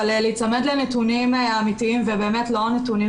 אבל להיצמד לנתונים אמיתיים ובאמת לא נתונים